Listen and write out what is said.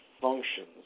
functions